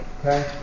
Okay